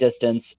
distance